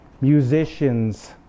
musicians